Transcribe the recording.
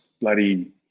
bloody